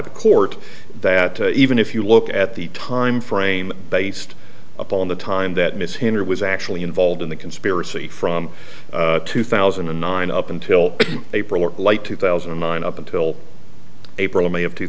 the court that even if you look at the timeframe based upon the time that miss hender was actually involved in the conspiracy from two thousand and nine up until april or like two thousand and nine up until april may of two